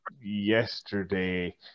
yesterday